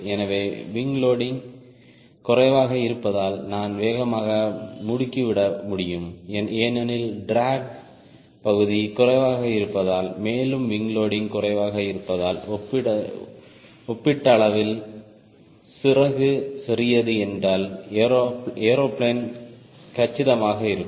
எனவே wing loading குறைவாக இருந்தால் நான் வேகமாக முடுக்கிவிட முடியும் ஏனெனில் ட்ராக் பகுதி குறைவாக இருக்கும் மேலும் விங் லோடிங் குறைவாக இருந்தால் ஒப்பீட்டளவில் சிறகு சிறியது என்றால் ஏரோ பிளேன் கச்சிதமாக இருக்கும்